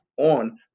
On